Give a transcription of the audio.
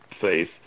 faith